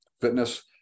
fitness